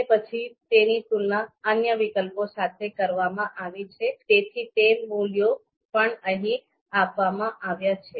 અને પછી તેની તુલના અન્ય વિકલ્પો સાથે કરવામાં આવી છે તેથી તે મૂલ્યો પણ અહીં આપવામાં આવ્યા છે